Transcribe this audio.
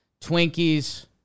Twinkies